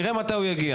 נראה מתי הוא יגיע.